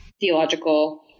theological